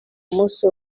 munsi